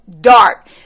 dark